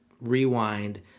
rewind